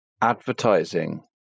advertising